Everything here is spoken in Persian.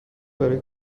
برای